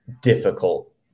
difficult